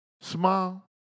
Smile